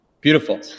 Beautiful